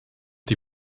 die